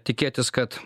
tikėtis kad